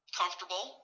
comfortable